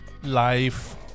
Life